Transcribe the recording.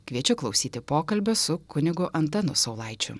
kviečiu klausyti pokalbio su kunigu antanu saulaičiu